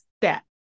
step